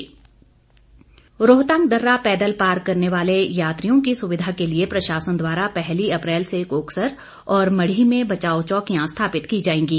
रोहतांग दर्रा रोहतांग दर्रा पैदल पार करने वाले यात्रियों की सुविधा के लिए प्रशासन द्वारा पहली अप्रैल से कोकसर और मढ़ी में बचाव चौकियां स्थापित की जाएंगी